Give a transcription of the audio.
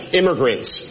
immigrants